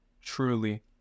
Truly